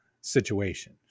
situation